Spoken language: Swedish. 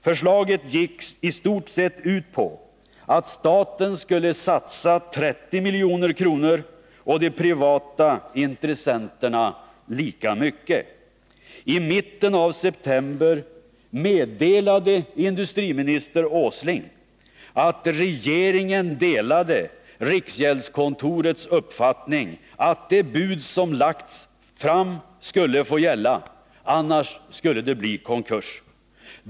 Förslaget gick i stort sett ut på att staten skulle satsa 30 milj.kr. och de privata intressenterna lika mycket. I mitten av september meddelade industriminister Åsling att regeringen delade riksgäldskontorets uppfattning att det bud som lagts fram skulle få gälla. Annars skulle det bli konkurs.